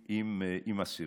עם אסירים.